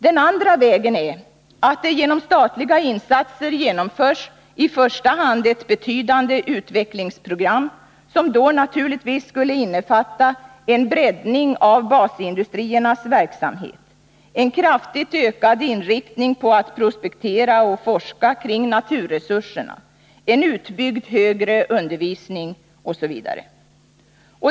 Den andra vägen är att det genom statliga insatser genomförs i första hand ett betydande utvecklingsprogram, som då naturligtvis skulle innefatta en breddning av basindustriernas verksamhet, en kraftigt ökad inriktning på att prospektera och forska kring naturresurserna, en utbyggd högre undervisning osv.